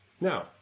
Now